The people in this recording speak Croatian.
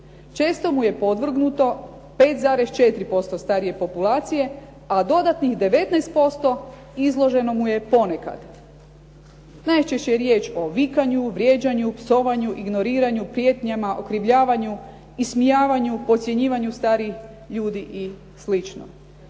Često mu je podvrgnuto 5,4% starije populacija a dodatnih 19% izloženo mu je ponekad. Najčešće je riječ o vikanju, vrijeđanju, psovanju, ignoriranju, prijetnjama, okrivljavanju, ismijavanju, podcjenjivanju starijih ljudi i